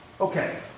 Okay